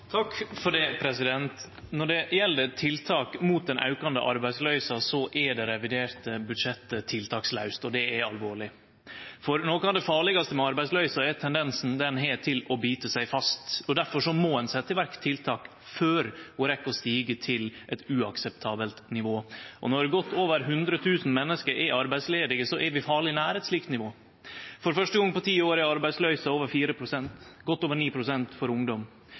det reviderte budsjettet tiltakslaust, og det er alvorleg. For noko av det farlegaste med arbeidsløysa er tendensen ho har til å bite seg fast, og difor må ein setje i verk tiltak før ho rekk å stige til eit uakseptabelt nivå. Og når godt over 100 000 menneske er arbeidsledige, er vi farleg nær eit slikt nivå. For første gong på ti år er arbeidsløysa over 4 pst. – godt over 9 pst. for ungdom.